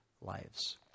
lives